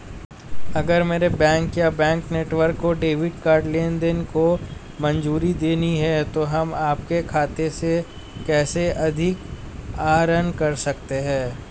अगर मेरे बैंक या बैंक नेटवर्क को डेबिट कार्ड लेनदेन को मंजूरी देनी है तो हम आपके खाते से कैसे अधिक आहरण कर सकते हैं?